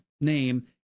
name